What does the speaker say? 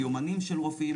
יומנים של רופאים,